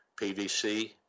PVC